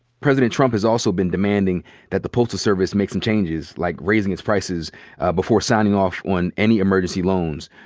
president trump has also been demanding that the postal service make some changes like raising its prices before signing off on any emergency loans.